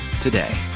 today